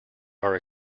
are